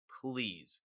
please